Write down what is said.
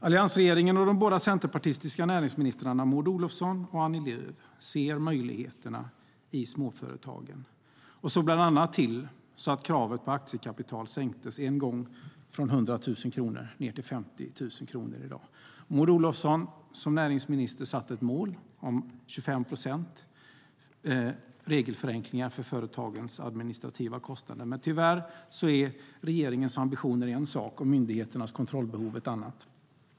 Alliansregeringen och de centerpartistiska näringsministrarna Maud Olofsson och Annie Lööf såg möjligheterna i småföretagen och såg bland annat till att kravet på aktiekapital sänktes en gång från 100 000 kronor till 50 000 kronor i dag. Maud Olofsson satte som näringsminister ett mål om 25 procent regelförenklingar för företagens administrativa kostnader, men tyvärr är en regerings ambitioner en sak och myndigheternas kontrollbehov en annan.